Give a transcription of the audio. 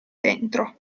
dentro